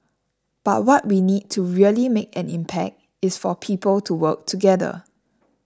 but what we need to really make an impact is for people to work together